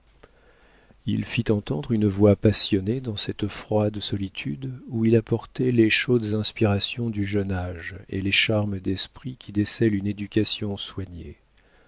il fit entendre une voix passionnée dans cette froide solitude où il apportait les chaudes inspirations du jeune âge et les charmes d'esprit qui décèlent une éducation soignée